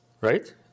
Right